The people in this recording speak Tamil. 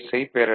யைப் பெறலாம்